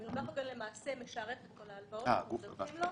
מרווח הוגן משערך את כל ההלוואות שנותנים לו